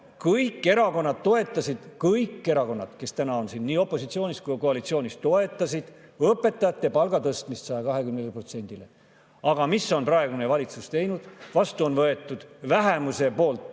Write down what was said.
kõik erakonnad toetasid – kõik erakonnad, kes täna on siin, nii opositsioonis kui ka koalitsioonis – õpetajate palga tõstmist 120%‑le. Aga mida on praegune valitsus teinud? Vastu on võetud vähemuse poolt